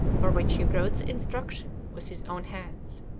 for which he wrote the instructions with his own hands.